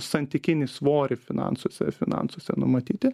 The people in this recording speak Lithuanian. santykinį svorį finansuose finansuose numatyti